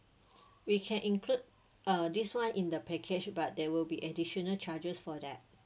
we can include uh this one in the package but there will be additional charges for that